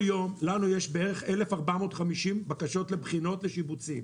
היושב הראש שתדע בכל יום לנו יש בערך 1,450 בקשות לבחינות לשיבוצים,